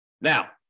Now